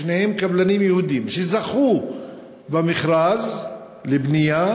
שניהם קבלנים יהודים שזכו במכרז לבנייה,